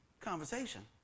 conversation